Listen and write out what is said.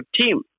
team